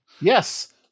Yes